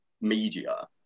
media